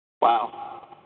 Wow